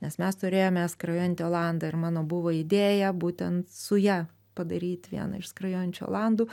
nes mes turėjome skrajojantį olandą ir mano buvo idėja būtent su ja padaryt vieną iš skrajojančių olandų